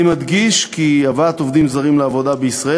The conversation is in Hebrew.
אני מדגיש כי הבאת עובדים זרים לעבודה בישראל